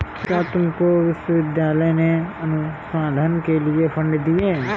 क्या तुमको विश्वविद्यालय ने अनुसंधान के लिए फंड दिए हैं?